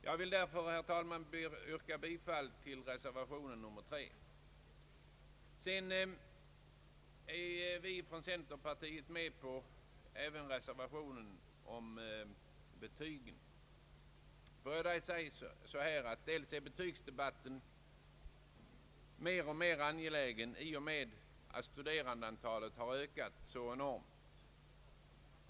Jag vill därför, herr talman, yrka bifall till reservationen a. Centerpartiet är även med på reservationen beträffande betygsättningen. Låt mig säga att betygsdebatten har blivit mer och mer angelägen i och med att studerandeantalet har ökat så enormt.